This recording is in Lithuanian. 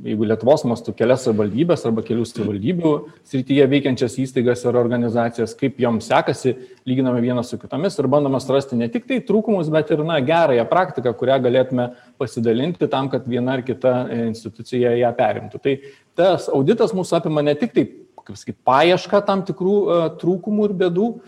jeigu lietuvos mastu kelias savivaldybes arba kelių savivaldybių srityje veikiančias įstaigas ir organizacijas kaip joms sekasi lyginame vienas su kitomis ir bandome surasti ne tiktai trūkumus bet ir na gerąją praktiką kurią galėtume pasidalinti tam kad viena ar kita institucija ją perimtų tai tas auditas mus apima ne tik tai kaip sakyt paiešką tam tikrų trūkumų ir bėdų